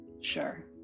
sure